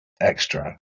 extra